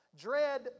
Dread